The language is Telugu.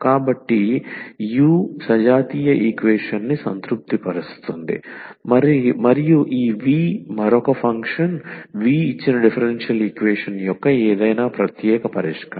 కాబట్టి u సజాతీయ ఈక్వేషన్ని సంతృప్తిపరుస్తుంది మరియు ఈ v మరొక ఫంక్షన్ v ఇచ్చిన డిఫరెన్షియల్ ఈక్వేషన్ యొక్క ఏదైనా ప్రత్యేక పరిష్కారం